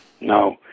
No